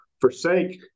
forsake